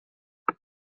beth